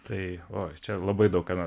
tai o čia labai daug ką